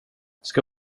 ska